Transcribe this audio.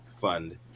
fund